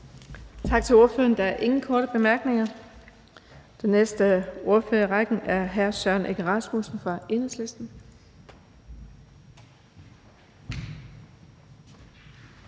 Tak til ordføreren. Der er ingen korte bemærkninger. Den næste ordfører i rækken er hr. Søren Egge Rasmussen fra Enhedslisten.